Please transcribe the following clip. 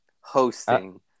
Hosting